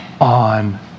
on